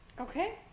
okay